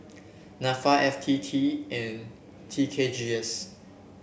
NAFA F T T and T K G S